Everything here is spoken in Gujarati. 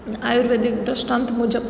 આયુર્વેદિક દૃષ્ટાંત મુજબ